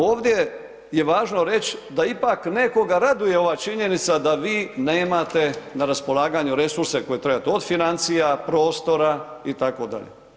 Ovdje je važno reći da ipak nekoga raduje ova činjenica da vi nemate na raspolaganju resurse koje trebate od financija, prostora itd.